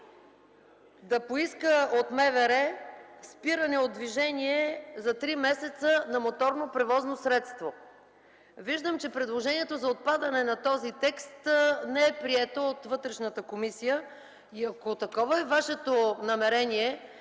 да поиска от МВР спиране от движение за три месеца на моторно превозно средство. Виждам, че предложението за отпадане на този текст не е прието от Вътрешната комисия. Ако Вашето предложение